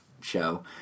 show